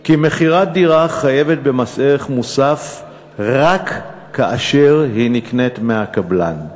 כי רכישת דירה חייבת במס ערך מוסף רק כאשר היא נקנית מהקבלן.